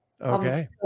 Okay